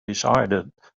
decided